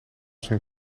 zijn